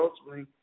ultimately